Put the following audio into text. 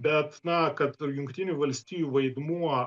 bet na kad jungtinių valstijų vaidmuo